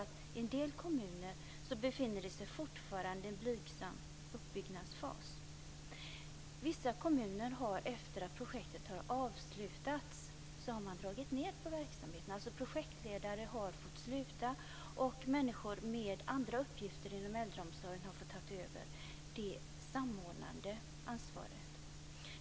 Men en del kommuner befinner sig fortfarande i en blygsam uppbyggnadsfas. Vissa kommuner har, efter det att projektet har avslutats, dragit ned på verksamheten. Projektledare har fått sluta, och människor med andra uppgifter inom äldreomsorgen har fått ta över det samordnande ansvaret.